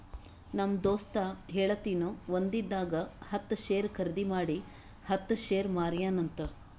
ನಮ್ ದೋಸ್ತ ಹೇಳತಿನು ಒಂದಿಂದಾಗ ಹತ್ತ್ ಶೇರ್ ಖರ್ದಿ ಮಾಡಿ ಹತ್ತ್ ಶೇರ್ ಮಾರ್ಯಾನ ಅಂತ್